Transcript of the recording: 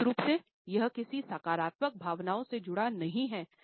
निश्चित रूप से यह किसी सकारात्मक भावनाओं से जुड़ा नहीं है